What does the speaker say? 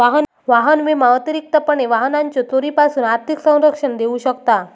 वाहन विमा अतिरिक्तपणे वाहनाच्यो चोरीपासून आर्थिक संरक्षण देऊ शकता